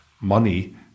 money